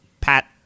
Pat